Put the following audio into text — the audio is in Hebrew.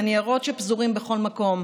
הניירות שפזורים בכל מקום.